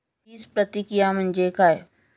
बीजप्रक्रिया म्हणजे काय?